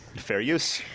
fair use.